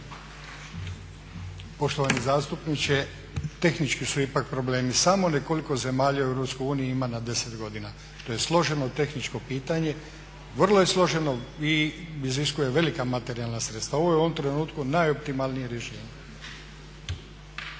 Poštovani zastupniče, tehnički su ipak problemi. Samo nekoliko zemalja u Europskoj uniji ima na 10 godina, to je složeno tehničko pitanje, vrlo je složeno i iziskuje velika materijalna sredstva. Ovo je u ovom trenutku najoptimalnije